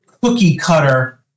cookie-cutter